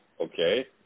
okay